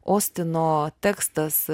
ostino tekstas